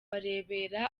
barebera